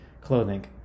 clothing